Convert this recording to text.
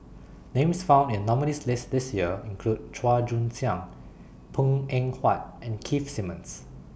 Names found in nominees' list This Year include Chua Joon Siang Png Eng Huat and Keith Simmons